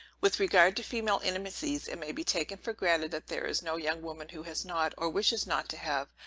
with regard to female intimacies, it may be taken for granted that there is no young woman who has not, or wishes not to have,